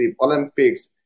Olympics